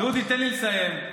דודי, תן לי לסיים.